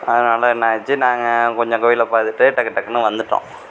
அதனால் என்ன ஆச்சு நாங்கள் கொஞ்சம் கோயிலை பார்த்துட்டு டக்கு டக்குனு வந்துவிட்டோம்